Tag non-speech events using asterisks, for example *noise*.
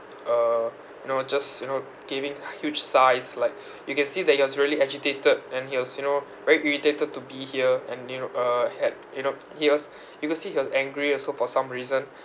uh you know just you know giving h~ huge sighs like you can see that he was really agitated and he was you know very irritated to be here and you know uh had you know *noise* he was you can see he was angry also for some reason